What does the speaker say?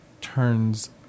turns